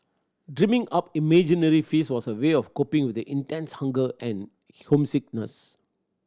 dreaming up imaginary feasts was a way of coping with the intense hunger and homesickness